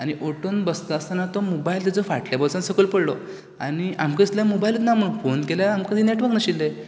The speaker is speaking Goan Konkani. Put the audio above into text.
आनी ओटोन बसता आसतना तो मोबायल तेजो फाटल्या बोल्सान सकयल पडलो आनी आमकां दिसलें मोबायल ना म्हण फोन केल्यार आमकां थंय नेटवर्क नाशिल्लें